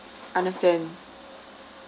understand